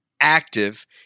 active